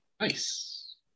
Nice